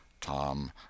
Tom